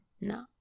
No